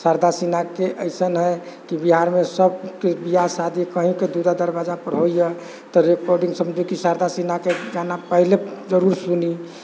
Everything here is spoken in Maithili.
शारदा सिन्हाके अइसन हइ कि बिहारमे सबके बिआह शादी कहीँपर दुअरा दरवाजापर होइ तऽ रेकॉर्डिंग समझू कि शारदा सिन्हाके गाना पहिले जरूर सुनी